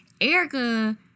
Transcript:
erica